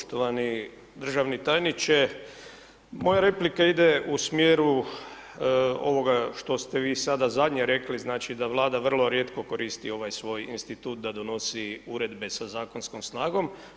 Poštovani državni tajniče, moja replika ide u smjeru ovoga što ste vi sada zadnje rekli znači da Vlada vrlo rijetko koristi ovaj svoj institut da donosi uredbe za zakonskom snagom.